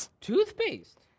Toothpaste